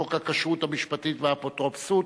חוק הכשרות המשפטית והאפוטרופסות